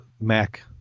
Mac